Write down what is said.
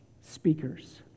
speakers